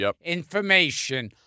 information